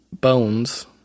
Bones